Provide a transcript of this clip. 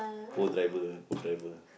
co-driver ah co-driver